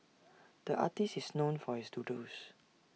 the artist is known for his doodles